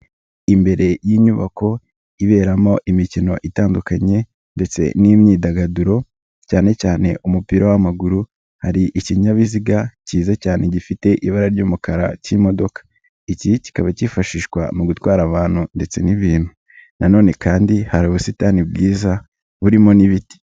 Imbere y'inyubako iberamo imikino itandukanye ndetse n'imyidagaduro, cyane cyane umupira w'amaguru, hari ikinyabiziga cyiza cyane gifite ibara ry'umukara cy'imodoka. Iki kikaba cyifashishwa mu gutwara abantu ndetse n'ibintu na none kandi hari ubusitani bwiza burimo n'ibiti.